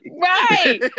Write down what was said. Right